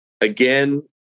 again